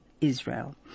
Israel